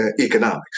economics